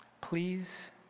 Please